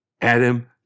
Adam